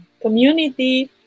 community